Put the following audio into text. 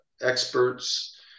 experts